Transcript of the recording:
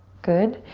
good,